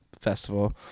festival